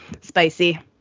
spicy